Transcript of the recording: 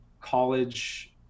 college